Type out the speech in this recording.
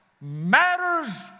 matters